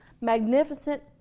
magnificent